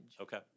Okay